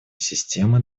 системы